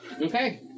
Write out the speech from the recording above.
Okay